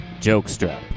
Jokestrap